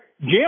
Jim